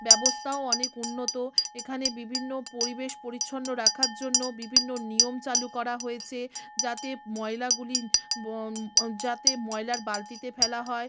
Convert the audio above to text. ব্যবস্থাও অনেক উন্নত এখানে বিভিন্ন পরিবেশ পরিচ্ছন্ন রাখার জন্য বিভিন্ন নিয়ম চালু করা হয়েছে যাতে ময়লাগুলি ব যাতে ময়লার বালতিতে ফেলা হয়